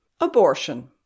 Abortion